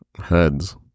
Heads